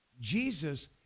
Jesus